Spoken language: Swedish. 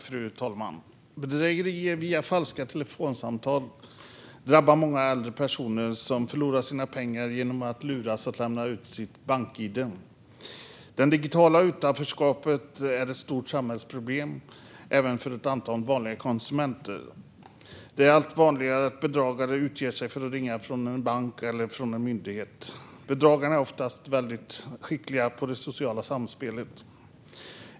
Fru talman! Bedrägerier via falska telefonsamtal drabbar många äldre personer som förlorar sina pengar genom att luras att lämna ut sitt bank-id. Det digitala utanförskapet är ett stort samhällsproblem även för ett antal vanliga konsumenter. Det har blivit allt vanligare att bedragare utger sig för att ringa från en bank eller en myndighet. Bedragarna är ofta väldigt skickliga på det sociala samspelet.